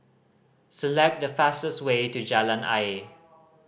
select the fastest way to Jalan Ayer